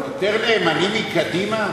יותר נאמנים מקדימה?